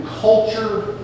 culture